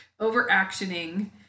overactioning